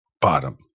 bottom